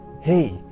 Hey